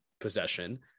possession